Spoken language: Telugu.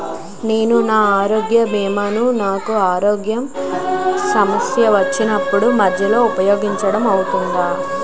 నేను నా ఆరోగ్య భీమా ను నాకు ఆరోగ్య సమస్య వచ్చినప్పుడు మధ్యలో ఉపయోగించడం వీలు అవుతుందా?